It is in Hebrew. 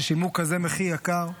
ששילמו מחיר יקר כזה,